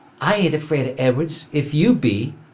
i ain't afraid of ed'ards, if you be.